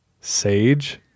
sage